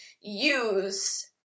use